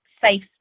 safe